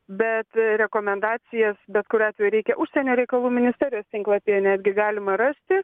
bet rekomendacijas bet kuriuo atveju reikia užsienio reikalų ministerijos tinklapyje netgi galima rasti